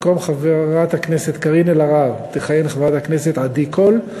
במקום חברת הכנסת קארין אלהרר תכהן חברת הכנסת עדי קול.